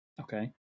Okay